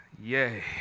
Yay